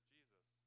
Jesus